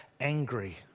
angry